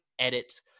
edit